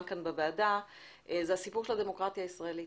בוועדה - הסיפור של הדמוקרטיה הישראלית.